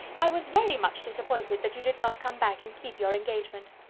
i was very much disappointed that you did not come back and keep your engagement.